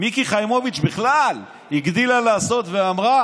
מיקי חיימוביץ' בכלל הגדילה לעשות ואמרה